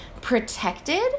protected